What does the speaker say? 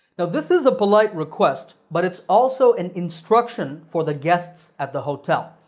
now, this is a polite request, but it's also an instruction for the guests at the hotel.